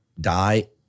die